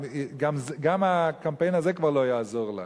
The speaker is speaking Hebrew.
גם הקמפיין הזה כבר לא יעזור לה.